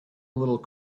little